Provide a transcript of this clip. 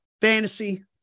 fantasy